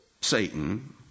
Satan